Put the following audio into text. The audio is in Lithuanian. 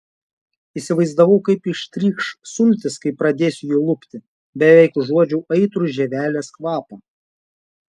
įsivaizdavau kaip ištrykš sultys kai pradėsiu jį lupti beveik užuodžiau aitrų žievelės kvapą